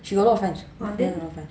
she got a lot of friends